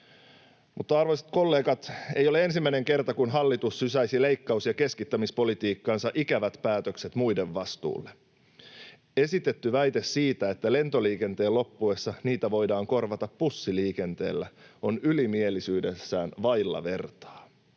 Mutta, arvoisat kollegat, ei ole ensimmäinen kerta, kun hallitus sysäisi leikkaus- ja keskittämispolitiikkansa ikävät päätökset muiden vastuulle. Esitetty väite, että lentoliikenteen loppuessa sitä voidaan korvata bussiliikenteellä, on ylimielisyydessään vailla vertaa.